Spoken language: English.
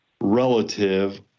relative